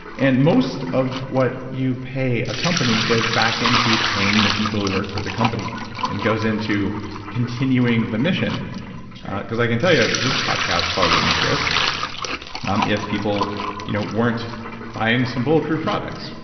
and most of what you pay a company goes back into paying the people who work for the company and goes into continuing the mission i can tell you this podcast probably wouldn't exist um if people you know weren't buying some bulletproof products